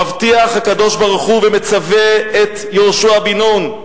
מבטיח הקדוש-ברוך-הוא ומצווה את יהושע בן נון: